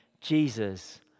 Jesus